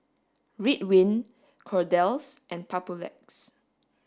Ridwind Kordel's and Papulex